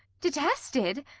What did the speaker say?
detested!